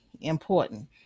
important